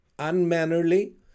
unmannerly